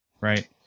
right